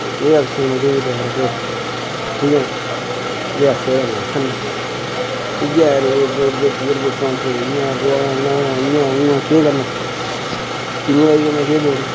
केह् आखचै उधमपुर दे बारै च ठीक ऐ जेह् आखी सकदे न आखन न इ'यै गै एयरपोर्ट दी इ'यां उ'आं केह् करना कि'न्ने बारी केह् बोलां